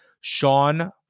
Sean